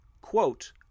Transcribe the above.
quote